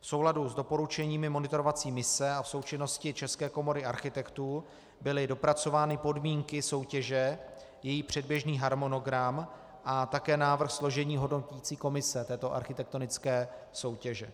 V souladu s doporučeními monitorovací mise a v součinnosti České komory architektů byly dopracovány podmínky soutěže, její předběžný harmonogram a také návrh složení hodnoticí komise této architektonické soutěže.